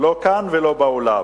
לא כאן ולא בעולם.